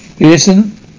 listen